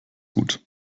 gut